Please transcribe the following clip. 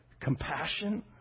Compassion